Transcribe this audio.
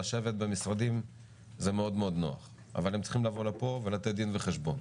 לשבת במשרדים זה מאוד מאוד נוח אבל הם צריכים לבוא לפה ולתת דין וחשבון,